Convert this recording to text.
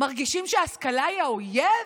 מרגישים שההשכלה היא האויב.